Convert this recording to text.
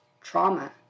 trauma